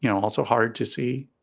you know also hard to see,